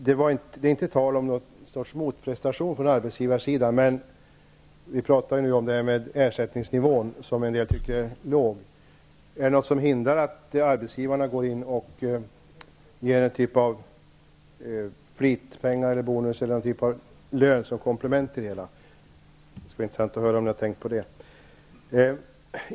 Det är inte tal om något slags motprestation från arbetsgivarsidan? Vi pratar ju nu om ersättningsnivån, som en del tycker är låg. Är det något som hindrar att arbetsgivarna går in och betalar någon typ av flitpengar, bonus eller något slags lön som komplement? Det skulle vara intressant att höra om ni har tänkt på det.